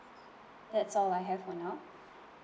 that's all I have for now